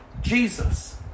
Jesus